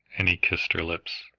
and he kissed her lips.